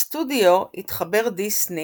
בסטודיו התחבר דיסני